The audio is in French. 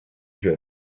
jeunes